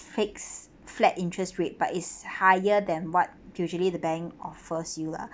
fix flat interest rate but it's higher than what usually the bank offers you lah